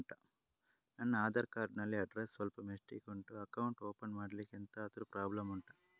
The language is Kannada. ನನ್ನ ಆಧಾರ್ ಕಾರ್ಡ್ ಅಲ್ಲಿ ಅಡ್ರೆಸ್ ಸ್ವಲ್ಪ ಮಿಸ್ಟೇಕ್ ಉಂಟು ಅಕೌಂಟ್ ಓಪನ್ ಮಾಡ್ಲಿಕ್ಕೆ ಎಂತಾದ್ರು ಪ್ರಾಬ್ಲಮ್ ಉಂಟಾ